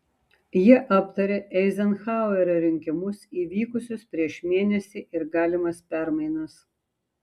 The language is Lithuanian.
jie aptarė eizenhauerio rinkimus įvykusius prieš mėnesį ir galimas permainas